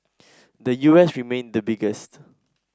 the U S remained the biggest